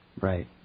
Right